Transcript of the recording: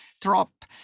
drop